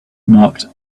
marked